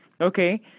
Okay